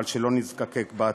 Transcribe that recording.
אבל שלא נזדקק בעתיד.